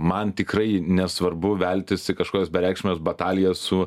man tikrai nesvarbu veltis į kažkokias bereikšmes batalijas su